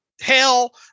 hell